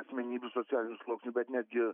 asmenybių socialinių sluoksnių bet netgi